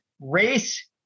race